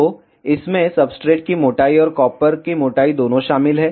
तो इसमें सब्सट्रेट की मोटाई और कॉपर की मोटाई दोनों शामिल हैं